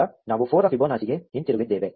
ಈಗ ನಾವು 4 ರ ಫಿಬೊನಾಸಿಗೆ ಹಿಂತಿರುಗಿದ್ದೇವೆ